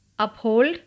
Uphold